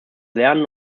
lernen